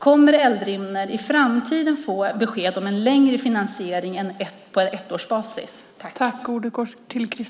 Kommer Eldrimner i framtiden att få besked om en längre finansiering än på ettårsbasis?